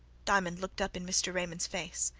diamond looked up in mr. raymond's face,